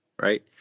right